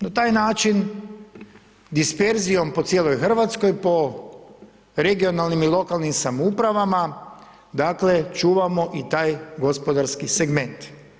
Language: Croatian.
Na taj način disperzijom po cijeloj Hrvatskoj, po regionalnim i lokalnim samoupravama čuvamo i taj gospodarski segment.